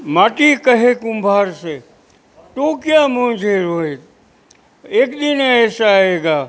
માટી કહે કુંભારની તું ક્યા મુઝે રોયે એક દિન એસા આયેગા